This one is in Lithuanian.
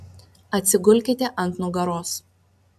atsigulkite ant nugaros